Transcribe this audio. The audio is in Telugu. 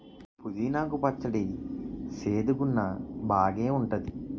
పుదీనా కు పచ్చడి సేదుగున్నా బాగేఉంటాది